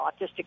autistic